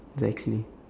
exactly